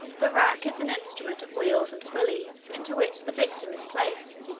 the rack is an instrument of wheels and pulleys, into which the victim is placed,